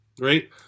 right